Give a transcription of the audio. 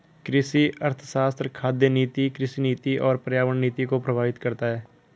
कृषि अर्थशास्त्र खाद्य नीति, कृषि नीति और पर्यावरण नीति को प्रभावित करता है